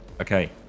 okay